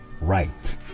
right